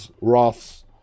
Roth's